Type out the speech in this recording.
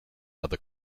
other